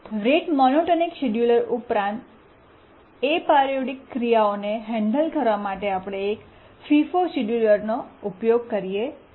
rate monotonic scheduler ઉપરાંત aperiodic કાર્યોને handle કરવા માટે આપણે એક FIFO ફીફો શેડ્યૂલરનો ઉપયોગ કરીએ છીએ